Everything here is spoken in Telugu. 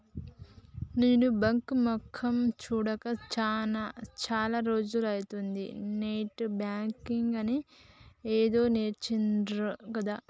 నేను బాంకు మొకేయ్ సూడక చాల రోజులైతంది, నెట్ బాంకింగ్ అని ఏదో నేర్పించిండ్రు గదా